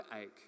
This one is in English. ache